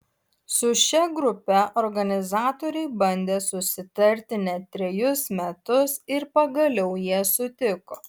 su šia grupe organizatoriai bandė susitarti net trejus metus ir pagaliau jie sutiko